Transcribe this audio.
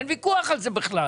אין ויכוח על זה בכלל.